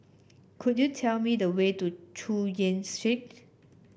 could you tell me the way to Chu Yen Street